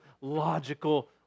logical